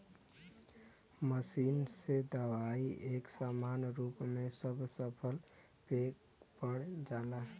machine से दवाई एक समान रूप में सब फसल पे पड़ जाला